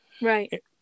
Right